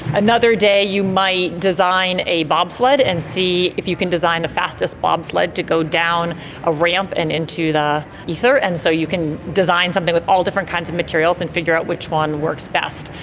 another day you might design a bobsled and see if you can design the fastest bobsled to go down a ramp and into the ether, and so you can design something with all different kinds of materials and figure out which one works best.